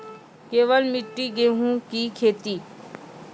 केवल मिट्टी गेहूँ की खेती?